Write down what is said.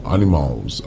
Animals